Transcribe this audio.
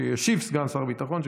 שישיב עליהן סגן שר הביטחון.